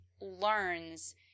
learns